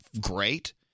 great